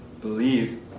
believe